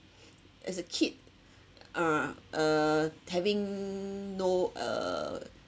as a kid uh uh having no err